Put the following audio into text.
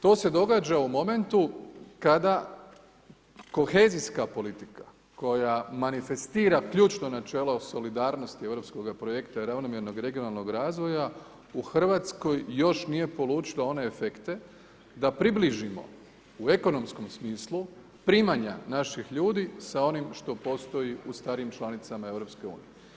To se događa u momentu kada kohezijska politika koja manifestira ključno načelo solidarnosti europskog projekta i ravnomjernog regionalnog razvoja, u RH još nije polučilo one efekte da približimo u ekonomskom smislu primanja naših ljudi sa onim što postoji u starijim članicama EU.